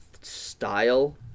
style